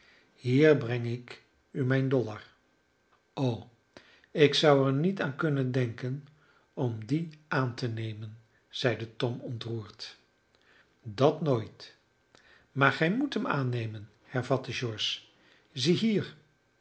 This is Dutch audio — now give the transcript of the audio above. hier breng ik u mijn dollar o ik zou er niet aan kunnen denken om dien aan te nemen zeide tom ontroerd dat nooit maar gij moet hem aannemen hervatte george ziehier